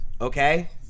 okay